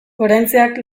goraintziak